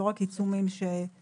לא רק עיצומים שקרו בפועל.